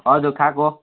हजुर खाएको